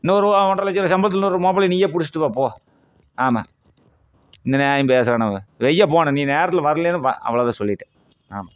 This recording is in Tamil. இன்னொரு ஒன்ரரை லட்சருபா சம்பளத்துக்கு இன்னொரு மாப்பிளையை நீயே பிடிச்சிட்டு வா போ ஆமாம் இங்கே நியாயம் பேச வேணாங்க வைய்யா போனை நீ நேரத்தில் வரலேனா வா அவ்வளோதான் சொல்லிட்டேன் ஆமாம்